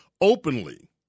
openly